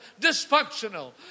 dysfunctional